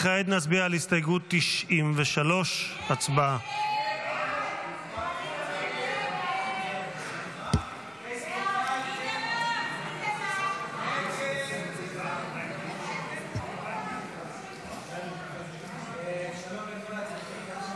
כעת נצביע על הסתייגות 93. הצבעה.